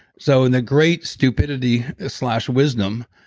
so in the great stupidity slash wisdom,